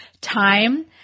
time